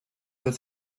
hört